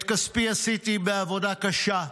את כספי עשיתי בעבודה קשה.